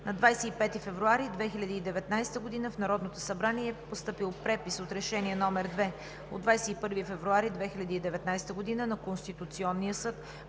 На 25 февруари 2019 г. в Народното събрание е постъпил препис от Решение № 2 от 21 февруари 2019 г. на Конституционния съд